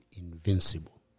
invincible